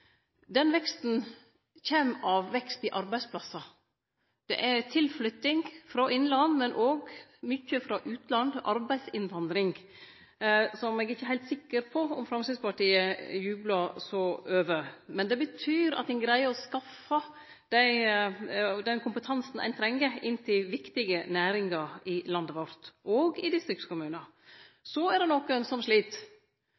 Den veksten kjem av vekst i talet på arbeidsplassar. Det er tilflytting frå innland, men òg mykje frå utland, arbeidsinnvandring – som eg ikkje er heilt sikker på om Framstegspartiet jublar over – men det betyr at ein greier å skaffe den kompetansen ein treng inn til viktige næringar i landet vårt, òg i